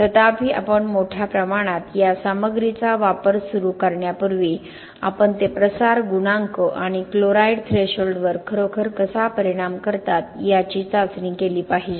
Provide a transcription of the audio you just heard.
तथापि आपण मोठ्या प्रमाणात या सामग्रीचा वापर सुरू करण्यापूर्वी आपण ते प्रसार गुणांक आणि क्लोराईड थ्रेशोल्डवर खरोखर कसा परिणाम करतात याची चाचणी केली पाहिजे